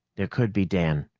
there could be, dan.